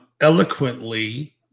eloquently